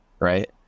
right